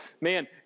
man